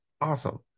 awesome